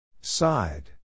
Side